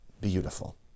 beautiful